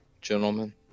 gentlemen